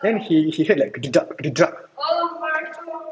then he he had like